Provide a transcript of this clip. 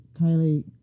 Kylie